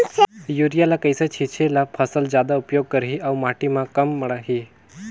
Urea ल कइसे छीचे ल फसल जादा उपयोग करही अउ माटी म कम माढ़ही?